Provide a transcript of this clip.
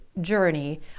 journey